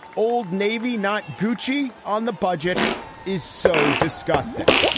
old navy not gucci on the budget is so disgusting.